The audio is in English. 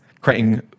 creating